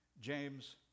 James